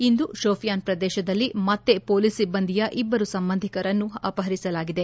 ಇಂದು ಶೋಫಿಯಾನ್ ಪ್ರದೇಶದಲ್ಲಿ ಮತ್ತೆ ಶೊಲೀಸ್ ಸಿಬ್ಲಂದಿಯ ಇಬ್ಲರು ಸಂಬಂಧಿಕರನ್ನು ಅಪಹರಿಸಲಾಗಿದೆ